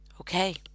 Okay